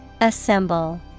Assemble